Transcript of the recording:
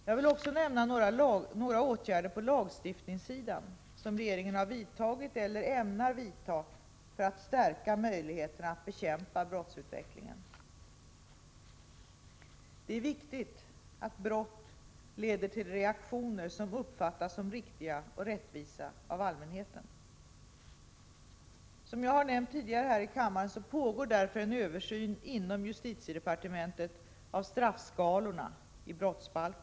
Jag vill också nämna några åtgärder på lagstiftningssidan som regeringen har vidtagit eller ämnar vidta för att stärka möjligheterna att bekämpa brottsutvecklingen. Det är viktigt att brott leder till reaktioner som uppfattas som riktiga och rättvisa av allmänheten. Som jag har nämnt tidigare här i kammaren pågår därför en översyn inom justitiedepartementet av straffskalorna i brottsbalken.